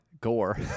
gore